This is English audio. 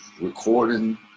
recording